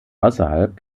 außerhalb